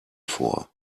vor